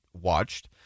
watched